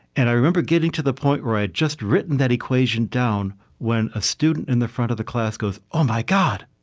and i remember getting to the point where i had just written that equation down when a student in the front of the class goes, oh, my god.